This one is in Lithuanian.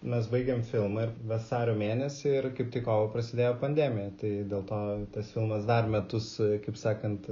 mes baigėm filmą ir vasario mėnesį ir kaip kovą prasidėjo pandemija tai dėl to tas filmas dar metus kaip sakant